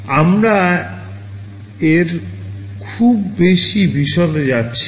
আমরা এর খুব বেশি বিশদে যাচ্ছি না